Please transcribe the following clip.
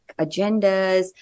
agendas